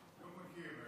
אני לא מכיר,